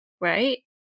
right